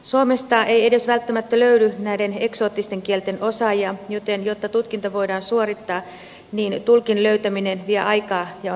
suomesta ei edes välttämättä löydy näiden eksoottisten kielten osaajia joten jotta tutkinta voidaan suorittaa tulkin löytäminen vie aikaa ja on erittäin kallista